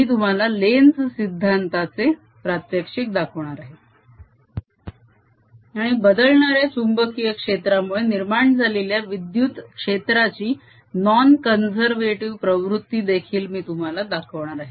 मी तुम्हाला लेन्झ सिद्धांताचे Len's law प्रात्यक्षिक दाखवणार आहे आणि बदलणाऱ्या चुंबकीय क्षेत्रामुळे निर्माण झालेल्या विद्युत क्षेत्राची नॉन कॉन्झेर्वेटीव प्रवृत्ती देखील मी तुम्हाला दाखवणार आहे